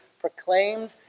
proclaimed